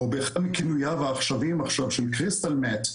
או באחד מכינוייו העכשוויים של קריסטל מת',